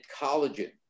collagen